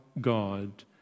God